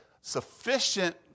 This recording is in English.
Sufficient